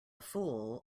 fool